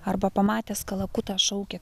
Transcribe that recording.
arba pamatęs kalakutą šaukia